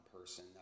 person